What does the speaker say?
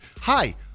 Hi